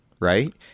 Right